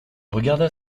regarda